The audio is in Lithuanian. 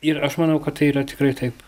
ir aš manau kad tai yra tikrai taip